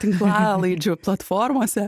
tinklalaidžių platformose